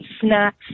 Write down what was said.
snacks